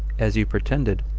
as you pretended,